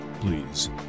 Please